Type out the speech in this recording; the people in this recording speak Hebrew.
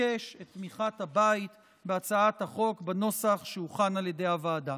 אבקש את תמיכת הבית בהצעת החוק בנוסח שהוכן על ידי הוועדה.